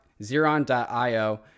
Xeron.io